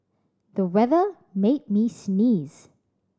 the weather made me sneeze